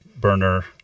Burner